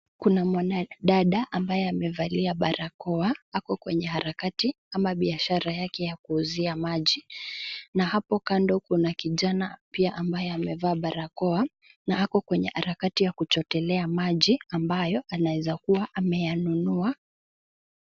Kuna mwanadada ambaye amevalia barakoa ako kwenye harakati ama biashara yake ya kuuzia maji na apo kando kuna kijana pia ambaye amevaa barakoa na ako kwenye harakati ya kuchotelea maji ambayo anaeza kuwa ameyanunua.